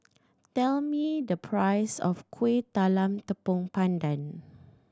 tell me the price of Kueh Talam Tepong Pandan